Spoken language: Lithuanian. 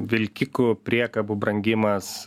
vilkikų priekabų brangimas